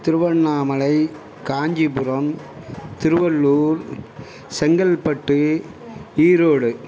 Tiruvannamalai Kanchipuram Tiruvallur Chengalpattu Erode